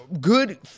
good